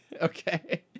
Okay